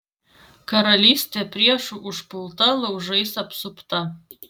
karalystė priešų užpulta laužais apsupta